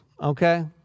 okay